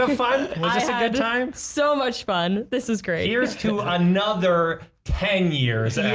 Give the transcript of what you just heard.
um fun? i had time so much fun. this is great. here's to another ten years and